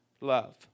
love